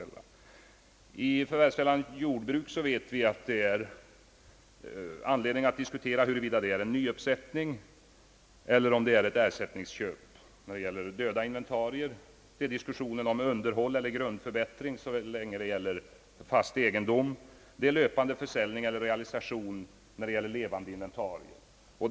Den andra förvärvskällan är jordbruk, och det finns ofta anledning att diskutera huruvida, när det gäller döda inventarier, det är fråga om en nyuppsättning eller ett ersättningsköp. Det diskuteras om underhåll eller grundförbättring när det gäller fast egendom; det är fråga om löpande försäljning eller realisation när det gäller levande inventarier.